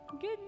Good